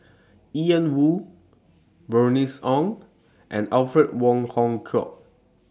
Ian Woo Bernice Ong and Alfred Wong Hong Kwok